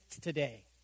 today